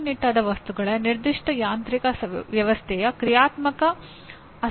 ಅನೇಕ ಎಂಜಿನಿಯರ್ಗಳು ದಸ್ತಾವೇಜನ್ನು ಮತ್ತು ಸಂವಹನ ಮಾಡುವುದನ್ನು ದ್ವಿತೀಯಕ ಅವಶ್ಯಕತೆ ಎಂದು ಪರಿಗಣಿಸುತ್ತಾರೆ